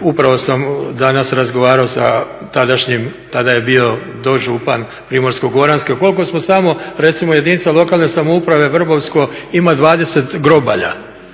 Upravo sam danas razgovaramo sa tadašnjim, tada je bio dožupan Primorsko-goranske, koliko smo samo recimo jedinica lokalne samouprave Vrbovsko ima 20 grobalja.